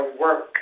work